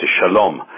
shalom